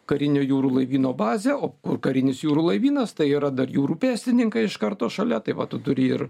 karinio jūrų laivyno bazę o kur karinis jūrų laivynas tai yra dar jūrų pėstininkai iš karto šalia tai va tu turi ir